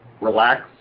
relax